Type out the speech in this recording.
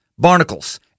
Barnacles